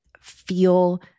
feel